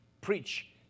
preach